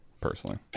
personally